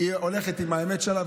הולכת עם האמת שלה,